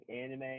anime